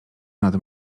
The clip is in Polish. nad